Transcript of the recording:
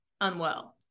unwell